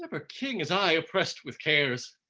ah king as i oppressed with cares?